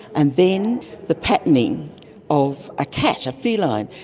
and then the patterning of a cat, a feline.